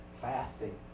fasting